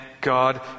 God